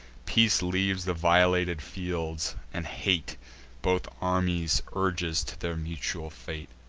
peace leaves the violated fields, and hate both armies urges to their mutual fate.